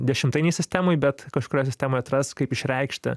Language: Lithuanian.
dešimtainėj sistemoj bet kažkurioj sistemoj atras kaip išreikšti